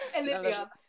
Olivia